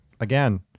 again